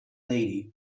lady